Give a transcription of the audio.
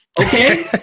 okay